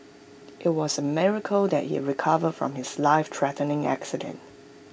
IT was A miracle that he recovered from his lifethreatening accident